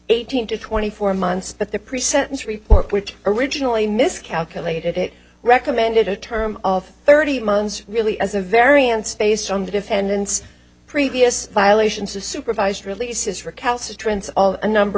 eighteen to twenty four months but the pre sentence report which originally miscalculated it recommended a term of thirty mons really as a variance based on the defendant's previous violations of supervised releases recalcitrance all a number